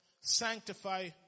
sanctify